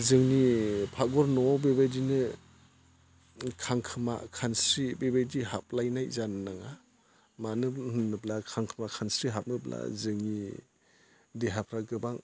जोंनि फाकघर न'आव बेबायदिनो खांखोमा खानस्रि बेबायदि हाबलायनाय जानो नाङा मानो होनोब्ला खांखमा खानस्रि हाबोब्ला जोंनि देहाफ्रा गोबां